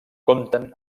compten